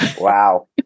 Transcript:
wow